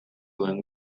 duten